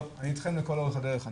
אני איתכם לאורך כל הדרך,